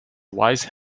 wise